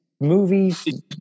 movies